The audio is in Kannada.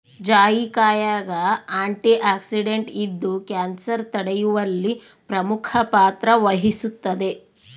ಜಾಯಿಕಾಯಾಗ ಆಂಟಿಆಕ್ಸಿಡೆಂಟ್ ಇದ್ದು ಕ್ಯಾನ್ಸರ್ ತಡೆಯುವಲ್ಲಿ ಪ್ರಮುಖ ಪಾತ್ರ ವಹಿಸುತ್ತದೆ